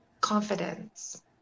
Confidence